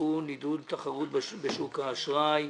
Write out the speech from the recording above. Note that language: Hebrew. (תיקון עידוד תחרות בשוק האשראי),